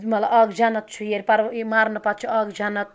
مطلب اَکھ جنت چھُ ییٚلہِ پَر مَرنہٕ پَتہٕ چھُ اَکھ جنت